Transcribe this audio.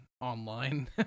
online